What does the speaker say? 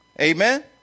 Amen